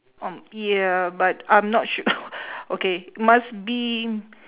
oh yeah but I'm not su~ okay must be